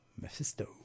Mephisto